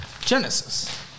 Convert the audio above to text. Genesis